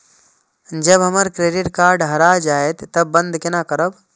जब हमर credit card हरा जयते तब बंद केना करब?